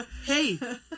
Hey